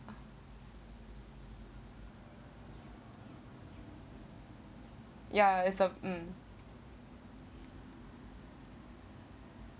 ya it's a um